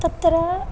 तत्र